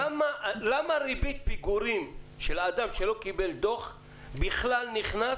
למה ריבית פיגורים של אדם שלא קיבל דו"ח בכלל נכנס